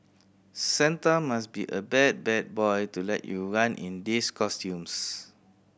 santa must be a bad bad boy to let you run in these costumes